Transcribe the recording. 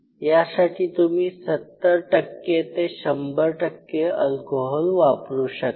यासाठी तुम्ही ७० ते १०० अल्कोहोल वापरू शकता